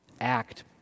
act